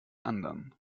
anderen